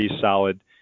solid